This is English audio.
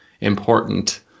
important